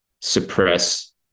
suppress